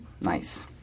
nice